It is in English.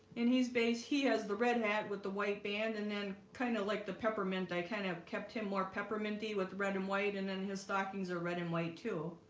in his base he has the red hat with the white band and then kind of like the peppermint. i kind of kept him more pepperminty with red and white and then his stockings are red and white, too